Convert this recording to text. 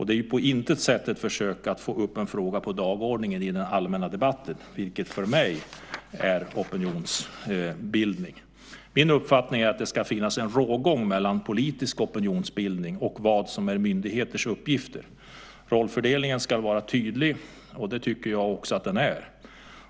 Det är ju på intet sätt ett försök att få upp en fråga på dagordningen i den allmänna debatten, vilket för mig är opinionsbildning. Min uppfattning är att det ska finnas en rågång mellan politisk opinionsbildning och vad som är myndigheters uppgifter. Rollfördelningen ska vara tydlig, och det tycker jag också att den är.